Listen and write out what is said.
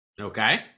Okay